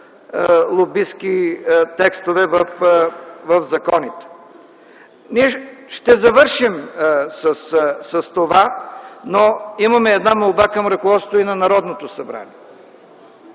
лобистки текстове в законите. Ние ще завършим с това, но имаме една молба към ръководството и на Народното събрание